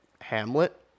Hamlet